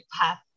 path